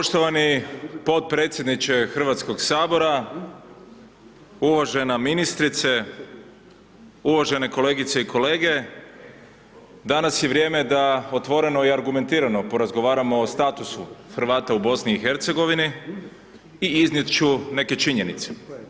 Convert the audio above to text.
Poštovani potpredsjedniče Hrvatskog sabora, uvažena ministrice, uvažene kolegice i kolege, danas je vrijeme da otvoreno i argumentirano porazgovaramo o statusu Hrvata u BIH i iznijeti ću neke činjenice.